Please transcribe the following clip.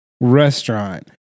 restaurant